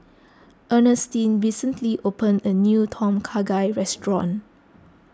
Earnestine recently opened a new Tom Kha Gai restaurant